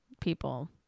people